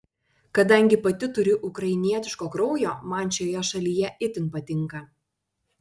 kadangi pati turiu ukrainietiško kraujo man šioje šalyje itin patinka